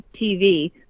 TV